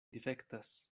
difektas